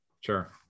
sure